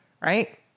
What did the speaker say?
Right